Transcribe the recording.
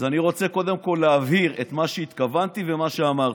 אז אני רוצה קודם כול להבהיר את מה שהתכוונתי אליו ומה שאמרתי.